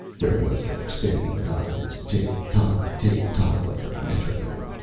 there was a steady, monotonous tick, tock, tick, tock, like a metronome.